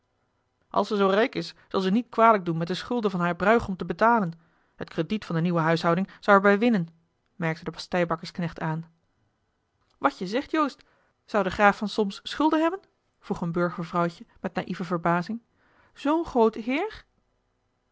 als ze zoo rijk is zal ze niet kwalijk doen met de schulden van haar bruigom te betalen het crediet van de nieuwe huishouding zou er bij winnen merkte de pasteibakkersknecht aan wat je zegt joost zou de graaf van solms schulden hebben vroeg een burgervrouwtje met naïeve verbazing zoo'n groot heer